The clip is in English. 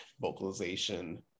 vocalization